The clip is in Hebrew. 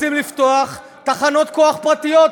רוצים לפתוח תחנות כוח פרטיות,